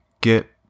get